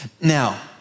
Now